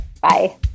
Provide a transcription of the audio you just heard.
bye